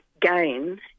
gain